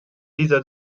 dieser